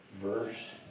verse